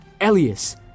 Elias